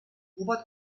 robert